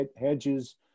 Hedges